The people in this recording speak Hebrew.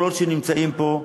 כל עוד הם נמצאים פה,